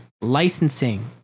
licensing